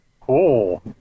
Cool